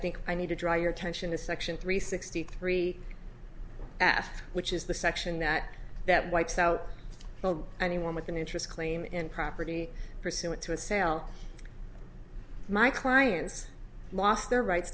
think i need to draw your attention to section three sixty three after which is the section that that wipes out anyone with an interest claim in property pursuant to a sale my clients lost their rights